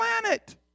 planet